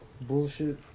bullshit